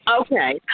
Okay